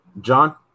John